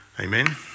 Amen